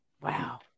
Wow